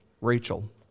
Rachel